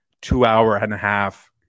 two-hour-and-a-half